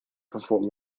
perform